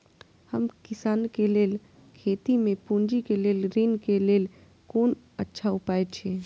हम किसानके लेल खेती में पुंजी के लेल ऋण के लेल कोन अच्छा उपाय अछि?